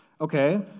Okay